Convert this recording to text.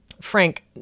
frank